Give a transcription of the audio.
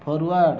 forward